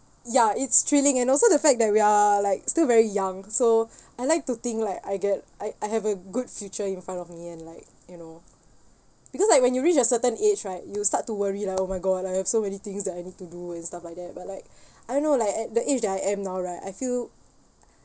ya it's thrilling and also the fact that we're like still very young so I like to think like I get I I have a good future in front of me and like you know because like when you reach a certain age right you start to worry like oh my god I have so many things that I need to do and stuff like that but like I don't know like at the age that I am now right I feel